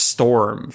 Storm